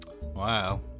Wow